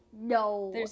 No